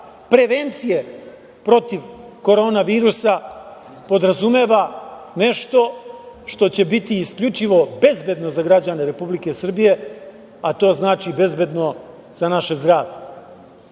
prevencije protiv Koronavirusa, podrazumeva nešto što će biti isključivo bezbedno za građane Republike Srbije, a to znači bezbedno za naše